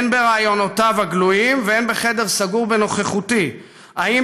הן בראיונותיו הגלויים והן בחדר סגור בנוכחותי: האם